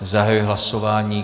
Zahajuji hlasování.